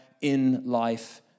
in-life